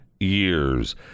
Years